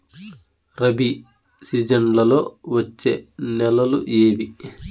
రబి సీజన్లలో వచ్చే నెలలు ఏవి?